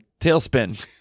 Tailspin